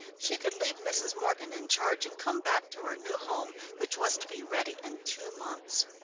she could leave mrs. morgan in charge and come back to her new home, which was to be ready in two months.